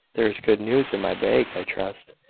there is good news in my bag, i trust.